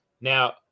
Now